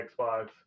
xbox